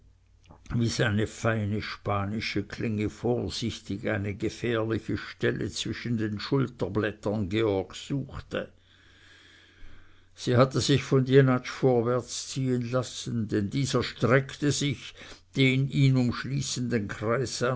wie seine feine spanische klinge vorsichtig eine gefährliche stelle zwischen den schulterblättern georgs suchte sie hatte sich von jenatsch vorwärts ziehen lassen denn dieser streckte sich den ihn umschließenden kreis